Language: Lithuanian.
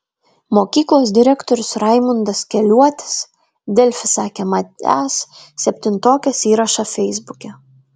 mokyklos direktorius raimundas keliuotis delfi sakė matęs septintokės įrašą feisbuke